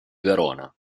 verona